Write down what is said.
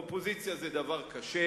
אופוזיציה זה דבר קשה,